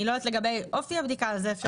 אני לא יודעת לגבי אופי הבדיקה, את זה אפשר לברר.